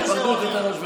בחירות יותר חשוב.